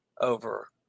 Over